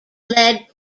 led